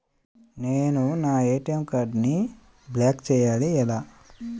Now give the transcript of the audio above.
నేను నా ఏ.టీ.ఎం కార్డ్ను బ్లాక్ చేయాలి ఎలా?